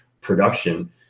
production